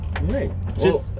Right